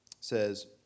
says